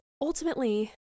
ultimately